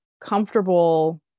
comfortable